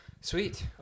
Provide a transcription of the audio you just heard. sweet